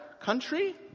country